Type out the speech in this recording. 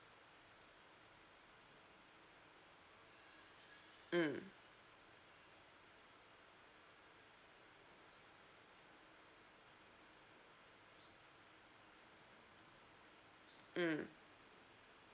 mm mm